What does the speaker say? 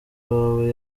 wawe